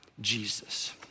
Jesus